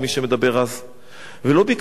ולא ביקשנו להישאר שם.